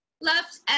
left